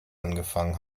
angefangen